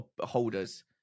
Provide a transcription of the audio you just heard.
holders